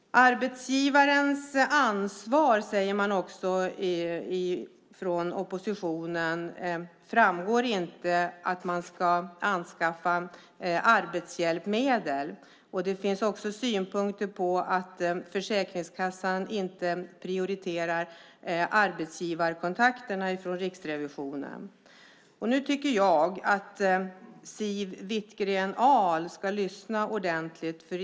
Oppositionen säger att arbetsgivarens ansvar att anskaffa arbetshjälpmedel inte framgår. Det finns också synpunkter från Riksrevisionen på att Försäkringskassan inte prioriterar arbetsgivarkontakterna. Nu tycker jag att Siw Wittgren-Ahl ska lyssna ordentligt.